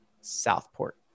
Southport